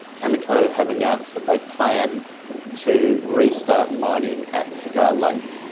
cameco have announced that they plan to restart mining at cigar lake.